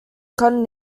cotton